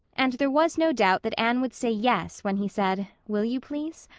and there was no doubt that anne would say yes when he said will you please?